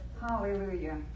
Hallelujah